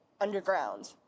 underground